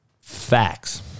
facts